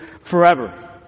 forever